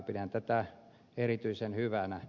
pidän tätä erityisen hyvänä